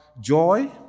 joy